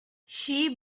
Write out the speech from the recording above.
she